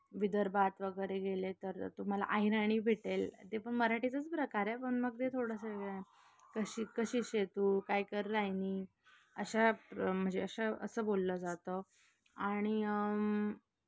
विदर्भात वगैरे गेले तर तुम्हाला अहिराणी भेटेल ते पण मराठीचाच प्रकार आहे पण मग ते थोडंसं कशी कशी शे तू काय कर रायनी अशा प्र म्हणजे अशा असं बोललं जातं आणि